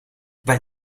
weil